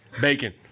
Bacon